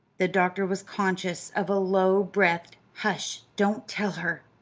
the doctor was conscious of a low-breathed hush, don't tell her!